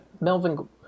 Melvin